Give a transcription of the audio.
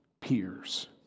peers